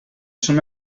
són